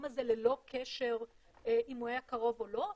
הזה ללא קשר אם הוא היה קרוב או לא,